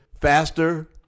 faster